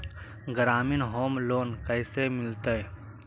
ग्रामीण home loan कैसे मिलतै?